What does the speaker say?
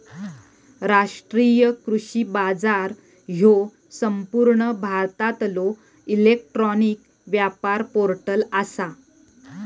राष्ट्रीय कृषी बाजार ह्यो संपूर्ण भारतातलो इलेक्ट्रॉनिक व्यापार पोर्टल आसा